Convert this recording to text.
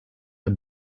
are